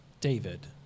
David